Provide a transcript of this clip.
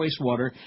wastewater